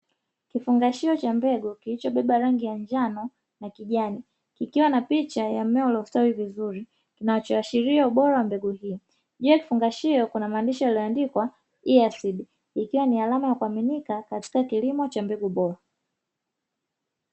Kifungashio cha mbegu kilicho beba rangi ya kijani na njano ikiwa na picha ya mmea uliostawi vizuri kinacho ashiria ubora wa mbegu hiyo juu ya kifunga shio kuna maandishi yalioandika ia sidi yenye alama ya kuhaminika katika kilimo cha mbegu bora.